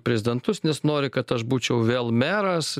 prezidentus nes nori kad aš būčiau vėl meras